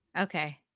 Okay